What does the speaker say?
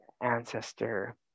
ancestor